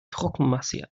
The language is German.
trockenmasse